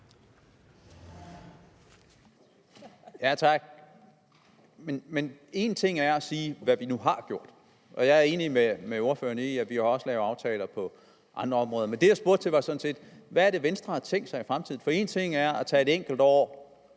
Tak. Ordføreren siger, hvad vi nu har gjort – og jeg er enig med ordføreren i, at vi jo også laver aftaler på andre områder – men det, jeg spurgte til, var sådan set: Hvad er det, Venstre har tænkt sig i fremtiden? For én ting er at tage et enkelt år,